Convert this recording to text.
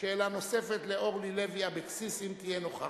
שאלה נוספת לאורלי לוי אבקסיס, אם תהיה נוכחת.